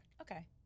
Okay